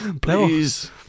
Please